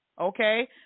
okay